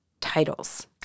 titles